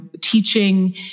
teaching